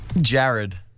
Jared